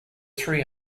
three